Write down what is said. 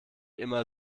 immer